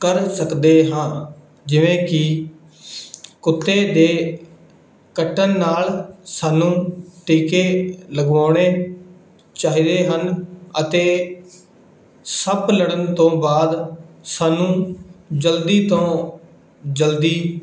ਕਰ ਸਕਦੇ ਹਾਂ ਜਿਵੇਂ ਕੀ ਕੁੱਤੇ ਦੇ ਕੱਟਣ ਨਾਲ ਸਾਨੂੰ ਟੀਕੇ ਲਗਵਾਉਣੇ ਚਾਹੀਦੇ ਹਨ ਅਤੇ ਸੱਪ ਲੜਨ ਤੋਂ ਬਾਅਦ ਸਾਨੂੰ ਜਲਦੀ ਤੋਂ ਜਲਦੀ